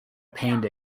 pained